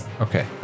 Okay